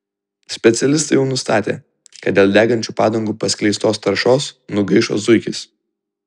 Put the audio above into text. specialistai jau nustatė kad dėl degančių padangų paskleistos taršos nugaišo zuikis